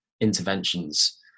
interventions